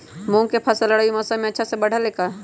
मूंग के फसल रबी मौसम में अच्छा से बढ़ ले का?